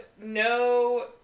no